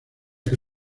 que